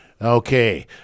Okay